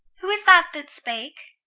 who is that that spake?